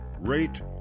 Rate